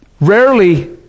rarely